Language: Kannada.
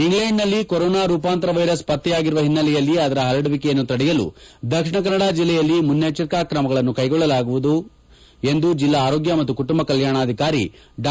ಇಂಗ್ಲೆಂಡ್ ನಲ್ಲಿ ಕೊರೋನಾ ರೂಪಾಂತರ ವೈರಸ್ ಪತ್ತೆಯಾಗಿರುವ ಹಿನ್ನೆಲೆಯಲ್ಲಿ ಅದರ ಹರಡುವಿಕೆಯನ್ನು ತಡೆಯಲು ದಕ್ಷಿಣ ಕನ್ನಡ ಜಿಲ್ಲೆಯಲ್ಲಿ ಮುನ್ನೆಚ್ಚರಿಕಾ ಕ್ರಮಗಳನ್ನು ಕೈಗೊಳ್ಳಲಾಗುವುದು ಎಂದು ಜಿಲ್ಲಾ ಆರೋಗ್ಯ ಮತ್ತು ಕುಟುಂಬ ಕಲ್ಯಾಣಾಧಿಕಾರಿ ಡಾ